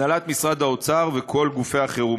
הנהלת משרד האוצר וכל גופי החירום.